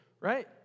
Right